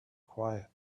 quiet